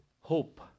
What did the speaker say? hope